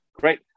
Great